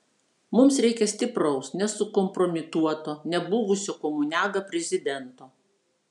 mums reikia stipraus nesukompromituoto nebuvusio komuniaga prezidento